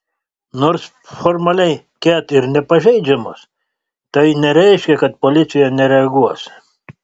nors formaliai ket ir nepažeidžiamos tai nereiškia kad policija nereaguos